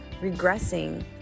regressing